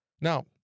Now